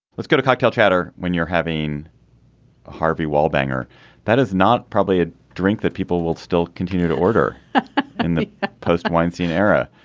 let's go to cocktail chatter when you're having harvey wallbank. that is not probably a drink that people will still continue to order in the post wine scene era.